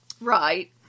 Right